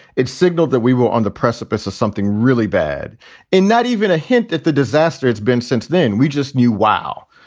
it signaled that we were on the precipice of something really bad in not even a hint at the disaster it's been since then. we just knew, wow,